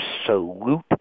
absolute